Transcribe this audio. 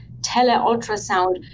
tele-ultrasound